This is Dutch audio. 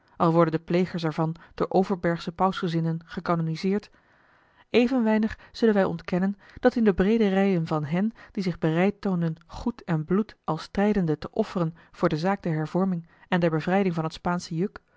worden de plegers er van door overa l g bosboom-toussaint de delftsche wonderdokter eel over bergsche pausgezinden gecanoniseerd even weinig zullen wij ontkennen dat in de breede rijen van hen die zich bereid toonden goed en bloed al strijdende te offeren voor de zaak der hervorming en der bevrijding van het spaansche juk